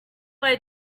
way